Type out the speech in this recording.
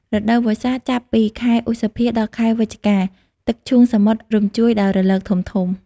រដូវវស្សា ចាប់ពីខែឧសភាដល់ខែវិច្ឆិកា ទឹកឈូងសមុទ្រ រញ្ជួយដោយរលកធំៗ។